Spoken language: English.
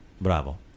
Bravo